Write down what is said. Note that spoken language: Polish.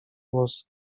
włosy